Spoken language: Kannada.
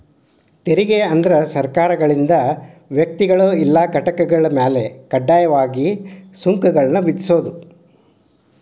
ತೆರಿಗೆ ಅಂದ್ರ ಸರ್ಕಾರಗಳಿಂದ ವ್ಯಕ್ತಿಗಳ ಇಲ್ಲಾ ಘಟಕಗಳ ಮ್ಯಾಲೆ ಕಡ್ಡಾಯವಾಗಿ ಸುಂಕಗಳನ್ನ ವಿಧಿಸೋದ್